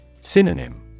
Synonym